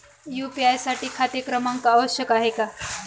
UPI साठी खाते क्रमांक आवश्यक आहे का?